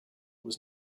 was